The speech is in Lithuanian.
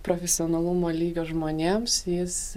profesionalumo lygio žmonėms jis